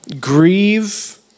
Grieve